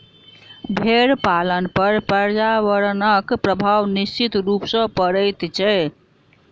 भेंड़ पालन पर पर्यावरणक प्रभाव निश्चित रूप सॅ पड़ैत छै